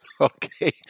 Okay